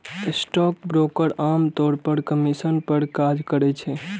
stockbroker आम तौर पर कमीशन पर काज करै छै